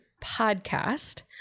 podcast